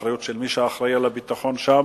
האחריות של מי שאחראי לביטחון שם,